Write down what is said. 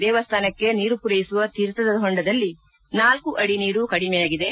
ದೇವಸ್ಥಾನಕ್ಕೆ ನೀರು ಪೂರೈಸುವ ತೀರ್ಥದ ಹೊಂಡದಲ್ಲಿ ನಾಲ್ಕು ಅಡಿ ನೀರು ಕಡಿಮೆಯಾಗಿದೆ